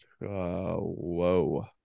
Whoa